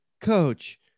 coach